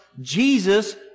Jesus